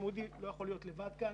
לא יכול להיות לבד כאן.